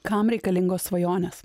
kam reikalingos svajonės